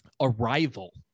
Arrival